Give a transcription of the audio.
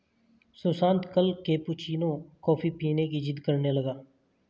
सुशांत कल cappuccino coffee पीने की जिद्द करने लगा